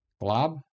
Glob